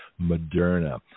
Moderna